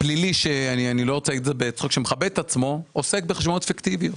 פלילי אני לא רוצה לומר שמכבד את עצמו עוסק בחשבונות פיקטיביים.